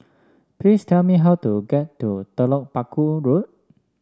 please tell me how to get to Telok Paku Road